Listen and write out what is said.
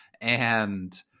and-